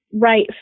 right